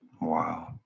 Wow